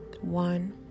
One